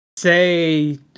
Say